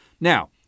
Now